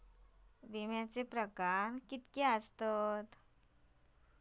विमाचे प्रकार किती असतत?